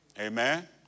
Amen